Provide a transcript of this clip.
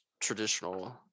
traditional